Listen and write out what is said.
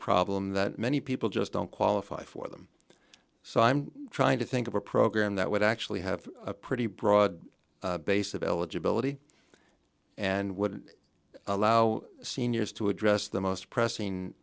problem that many people just don't qualify for them so i'm trying to think of a program that would actually have a pretty broad base of eligibility and would allow seniors to address the most pressing